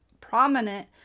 prominent